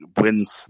wins